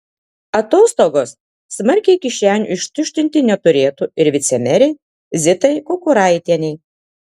atostogos smarkiai kišenių ištuštinti neturėtų ir vicemerei zitai kukuraitienei